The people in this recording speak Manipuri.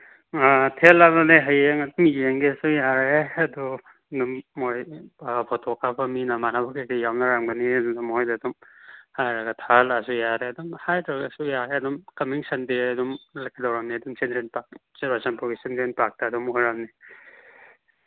ꯊꯦꯠꯂꯕꯅꯦ ꯍꯌꯦꯡ ꯑꯗꯨꯝ ꯌꯦꯡꯒꯦꯁꯨ ꯌꯥꯔꯦ ꯑꯗꯨ ꯃꯈꯣꯏ ꯐꯣꯇꯣ ꯀꯥꯞꯄ ꯃꯤ ꯅꯃꯥꯟꯅꯕ ꯀꯩꯀꯩ ꯌꯥꯎꯅꯔꯝꯒꯅꯤ ꯑꯗꯨꯅ ꯃꯈꯣꯏꯗ ꯑꯗꯨꯝ ꯍꯥꯏꯔꯒ ꯊꯥꯍꯜꯂꯛꯑꯁꯨ ꯌꯥꯔꯦ ꯑꯗꯨꯝ ꯍꯥꯏꯗ꯭ꯔꯒꯁꯨ ꯌꯥꯔꯦ ꯑꯗꯨꯝ ꯀꯃꯤꯡ ꯁꯟꯗꯦ ꯑꯗꯨꯝ ꯂꯦꯞꯀꯗꯧꯔꯕꯅꯤ ꯑꯗꯨꯝ ꯆꯤꯜꯗ꯭ꯔꯦꯟ ꯄꯥꯛ ꯆꯨꯔꯆꯥꯟꯄꯨꯔꯒꯤ ꯆꯤꯜꯗ꯭ꯔꯦꯟ ꯄꯥꯛꯇ ꯑꯗꯨꯝ ꯑꯣꯏꯔꯝꯅꯤ